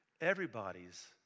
Everybody's